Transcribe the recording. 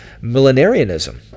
millenarianism